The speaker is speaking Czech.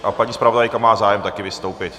A paní zpravodajka má zájem také vystoupit.